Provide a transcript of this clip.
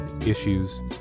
issues